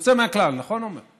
יוצא מהכלל, נכון, עמר?